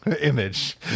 image